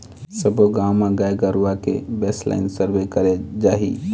सब्बो गाँव म गाय गरुवा के बेसलाइन सर्वे करे जाही